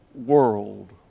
world